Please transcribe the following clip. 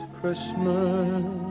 Christmas